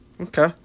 Okay